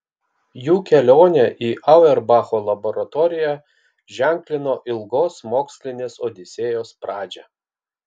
jų kelionė į auerbacho laboratoriją ženklino ilgos mokslinės odisėjos pradžią